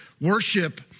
worship